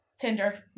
Tinder